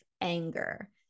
anger